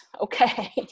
okay